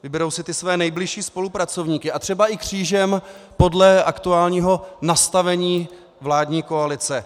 Vyberou si ty své nejbližší spolupracovníky a třeba i křížem podle aktuálního nastavení vládní koalice.